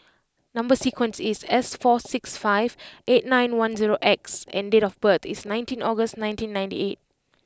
number sequence is S four six five eight nine one zero X and date of birth is nineteenth August nineteen ninety eight